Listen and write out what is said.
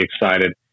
excited